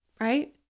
right